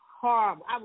horrible